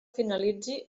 finalitzi